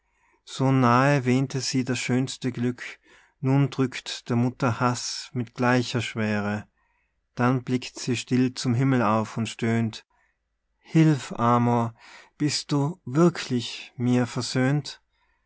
so nahe wähnte sie das schönste glück nun drückt der mutter haß mit gleicher schwere dann blickt sie still zum himmel auf und stöhnt hilf amor bist du wirklich mir versöhnt